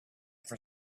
for